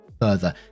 further